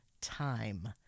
time